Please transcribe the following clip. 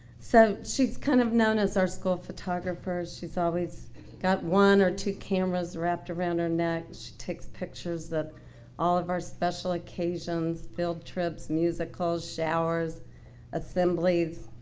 so she's kind of known as our school photographers she's always got one or two cameras wrapped around her neck. she takes pictures that all of our special occasions field trips musicals showers assemblies.